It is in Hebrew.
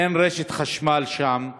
אין רשת חשמל שם.